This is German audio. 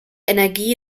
energie